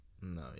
No